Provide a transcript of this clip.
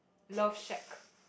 love shack